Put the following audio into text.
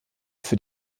für